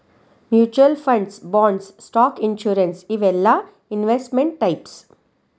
mutual funds bonds stock insurance ಇವೆಲ್ಲಾ investment types